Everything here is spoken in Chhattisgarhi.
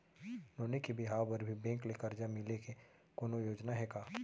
नोनी के बिहाव बर भी बैंक ले करजा मिले के कोनो योजना हे का?